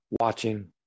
watching